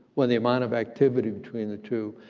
or the amount of activity between the two,